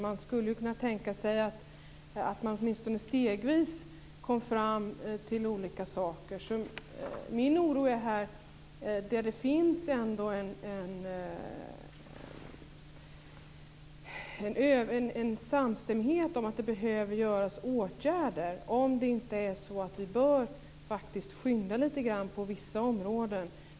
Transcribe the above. Man skulle ju kunna tänka sig att man åtminstone stegvis kom fram till olika saker. Jag är lite oroad i detta sammanhang där det ändå finns en samstämmighet om att det behöver vidtas åtgärder. Bör vi då inte påskynda arbetet lite grann på vissa områden?